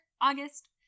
August